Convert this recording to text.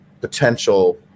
potential